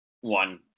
one